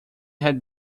had